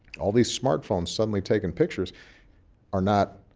all these smartphones suddenly taking pictures are not